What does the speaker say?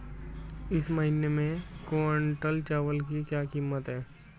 इस महीने एक क्विंटल चावल की क्या कीमत है?